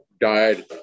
died